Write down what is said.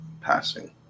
passing